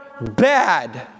bad